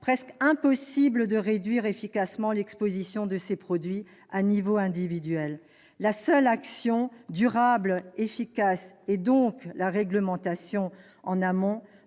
presque impossible de réduire efficacement l'exposition à ces produits à un niveau individuel. La seule action durablement efficace est donc la réglementation, en amont,